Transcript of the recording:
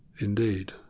Indeed